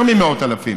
יותר ממאות אלפים.